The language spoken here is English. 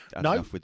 no